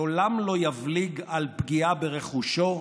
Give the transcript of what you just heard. לעולם לא יבליג על פגיעה ברכושו,